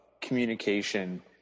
communication